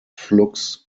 flux